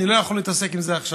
אני לא יכול להתעסק עם זה עכשיו.